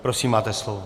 Prosím, máte slovo.